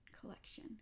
collection